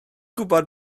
gwybod